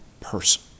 person